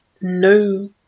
no